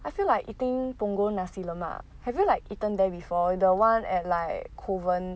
I feel like eating punggol nasi lemak have you like eaten there before the one at like kovan